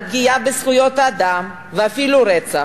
על פגיעה בזכויות האדם ואפילו על רצח,